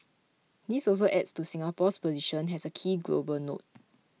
this also adds to Singapore's position as a key global node